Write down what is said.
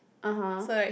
(uh huh)